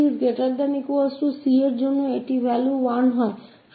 और tc क लिए यह परिभासित है 1